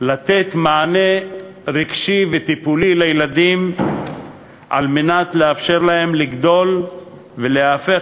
לתת מענה רגשי וטיפולי לילדים על מנת לאפשר להם לגדול ולהפוך